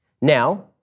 Now